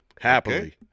happily